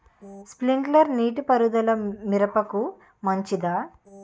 Sprinkler నీటిపారుదల మిరపకు మంచిదా?